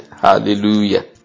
Hallelujah